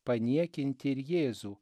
paniekinti ir jėzų